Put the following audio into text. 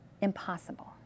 impossible